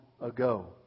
ago